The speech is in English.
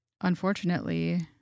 unfortunately